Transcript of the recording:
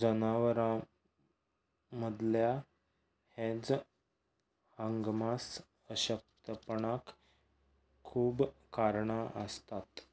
जनावरां मदल्या हेंच आंगमास अशक्तपणाक खूब कारणां आसतात